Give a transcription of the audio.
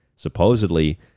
supposedly